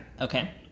Okay